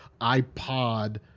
iPod